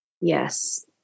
Yes